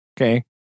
Okay